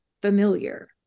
familiar